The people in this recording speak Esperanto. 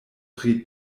pri